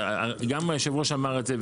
גם יושב הראש אמר את זה.